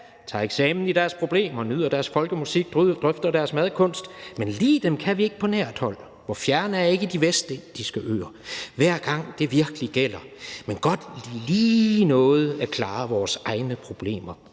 kan/tar eksamen i deres problemer/nyder deres folkemusik/drøfter deres madkunst/men li dem kan vi ikke på så nært hold/hvor fjerne er ikke de vestindiske øer/hver gang det virkelig gælder/men godt vi lige nåede/at klare vore egne